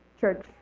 church